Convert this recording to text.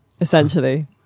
essentially